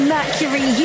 Mercury